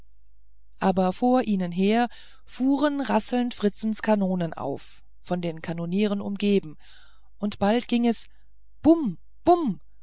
aber vor ihnen her fuhren rasselnd fritzens kanonen auf von den kanoniern umgeben und bald ging es bum bum